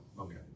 okay